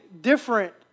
different